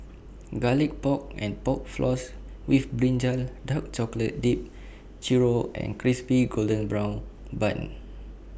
Garlic Pork and Pork Floss with Brinjal Dark Chocolate Dipped Churro and Crispy Golden Brown Bun